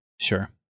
Sure